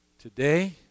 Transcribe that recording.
Today